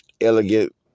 elegant